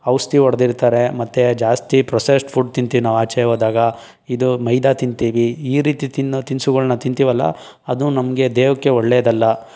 ಔಷ್ಧಿ ಹೊಡ್ದದಿರ್ತಾರೆ ಮತ್ತು ಜಾಸ್ತಿ ಪ್ರೊಸಸ್ಡ್ ಫುಡ್ ತಿಂತೀವಿ ನಾವು ಆಚೆ ಹೋದಾಗ ಇದು ಮೈದಾ ತಿಂತೀವಿ ಈ ರೀತಿ ತಿನ್ನೋ ತಿನಿಸುಗಳ್ನ ತಿಂತೀವಲ್ಲ ಅದು ನಮಗೆ ದೇಹಕ್ಕೆ ಒಳ್ಳೆಯದಲ್ಲ